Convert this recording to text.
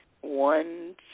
one